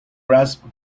grasp